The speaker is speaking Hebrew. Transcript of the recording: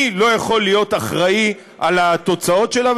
אני לא יכול להיות אחראי לתוצאות שלה.